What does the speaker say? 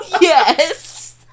yes